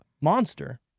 Monster